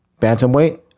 Bantamweight